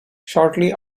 shortly